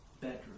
bedroom